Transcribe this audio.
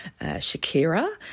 Shakira